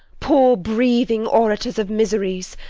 poor breathing orators of miseries!